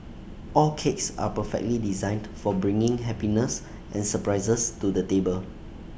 all cakes are perfectly designed for bringing happiness and surprises to the table